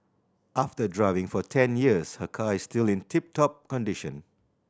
after driving for ten years her car is still in tip top condition